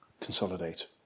consolidate